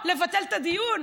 לבטל את הדיון?